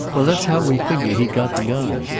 well, that's how we figure he'd got the gun.